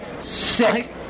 sick